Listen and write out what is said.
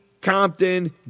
Compton